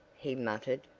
he muttered,